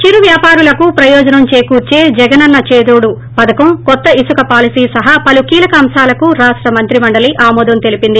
చిరు వ్యాపారులకు ప్రయోజనం చేకూర్చే జగనన్న చేదోడు పథకం కొత్త ఇసుక పాలసీ సహా పలు కీలక అంశాలకు రాష్ష మంత్రిమండలి ఆమోదం తెలిపింది